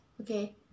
Okay